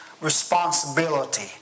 responsibility